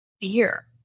fear